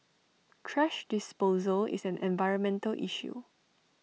thrash disposal is an environmental issue